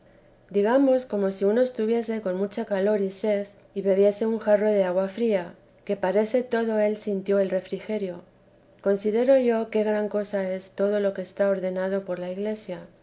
digamos como si uno estuviese con mucha calor y sed y bebiese un jarro de agua fría que parece todo él sintió el refrigerio considero yo qué gran cosa es todo lo que está ordenado por la iglesia